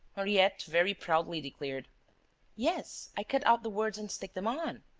henriette, very proudly, declared yes, i cut out the words and stick them on.